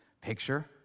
picture